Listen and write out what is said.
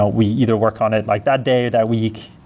ah we either work on it like that day, or that week,